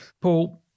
Paul